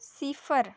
सिफर